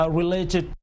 related